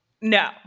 No